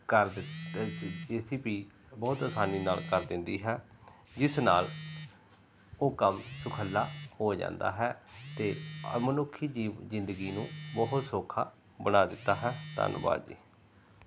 ਕਰ ਦਿ J C P ਬਹੁਤ ਆਸਾਨੀ ਨਾਲ ਕਰ ਦਿੰਦੀ ਹੈ ਜਿਸ ਨਾਲ ਉਹ ਕੰਮ ਸੁਖਾਲਾ ਹੋ ਜਾਂਦਾ ਹੈ ਅਤੇ ਮਨੁੱਖੀ ਜੀ ਜ਼ਿੰਦਗੀ ਨੂੰ ਬਹੁਤ ਸੌਖਾ ਬਣਾ ਦਿੱਤਾ ਹੈ ਧੰਨਵਾਦ ਜੀ